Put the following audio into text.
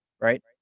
right